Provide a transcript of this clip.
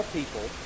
people